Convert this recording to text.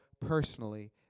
personally